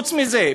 חוץ מזה,